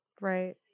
Right